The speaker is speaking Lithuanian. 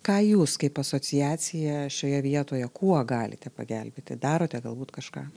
ką jūs kaip asociacija šioje vietoje kuo galite pagelbėti darote galbūt kažką